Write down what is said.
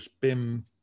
BIM